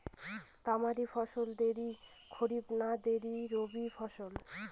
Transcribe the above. তামারি ফসল দেরী খরিফ না দেরী রবি ফসল?